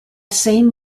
same